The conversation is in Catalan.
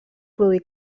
produí